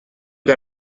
que